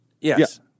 Yes